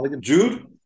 Jude